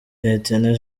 lieutenant